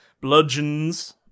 bludgeons